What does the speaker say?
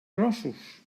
grossos